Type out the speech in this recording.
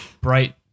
bright